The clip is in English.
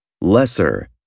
lesser